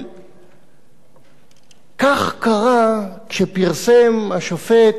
כך קרה כשפרסם השופט אדמונד לוי את הדוח שלו.